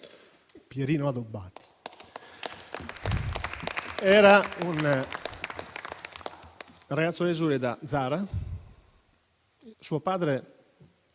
Pierino Addobbati. Era un ragazzo esule da Zara. Suo padre